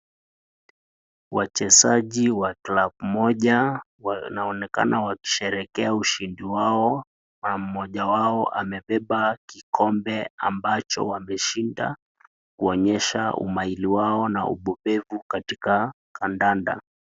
Wachezaji wa club moja wanaonekana wakisherekea ushindi wao, na moja wao amebeba kikombe ambacho wameshinda, kuonyesha umaili wao na ubobevu katika kandanda.